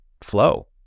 flow